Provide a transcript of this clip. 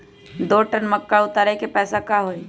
दो टन मक्का उतारे के पैसा का होई?